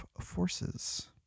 forces